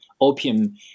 opium